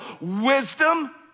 wisdom